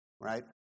right